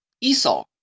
Esau